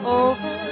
over